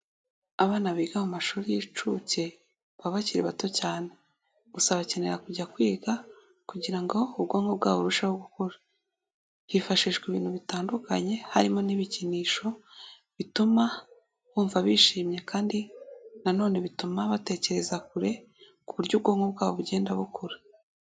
Abana biga mu mashuri y'incuke baba bakiri bato cyane gusa bakenera kujya kwiga kugira ubwonko bwabo busheho gukura hifashishwa ibintu bitandukanye harimo n'ibikinisho bituma bumva bishimye kandi nanone bituma batekereza kure ku buryo ubwonko bwabo bugenda bukura.